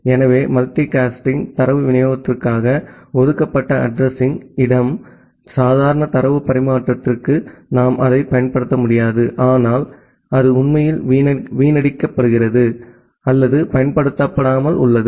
எனவே multicast தரவு விநியோகத்திற்காக ஒதுக்கப்பட்ட அட்ரஸிங் இடம் சாதாரண தரவு பரிமாற்றத்திற்கு நாம் அதைப் பயன்படுத்த முடியாது ஆனால் அது உண்மையில் வீணடிக்கப்படுகிறது அல்லது பயன்படுத்தப்படாமல் உள்ளது